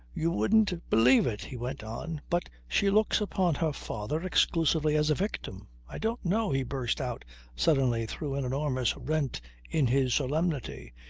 you wouldn't believe it, he went on, but she looks upon her father exclusively as a victim. i don't know, he burst out suddenly through an enormous rent in his solemnity,